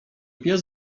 pies